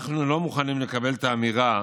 אנחנו לא מוכנים לקבל את האמירה